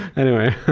anyway.